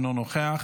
אינו נוכח,